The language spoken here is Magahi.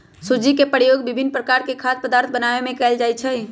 सूज्ज़ी के प्रयोग विभिन्न प्रकार के खाद्य पदार्थ बनाबे में कयल जाइ छै